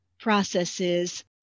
processes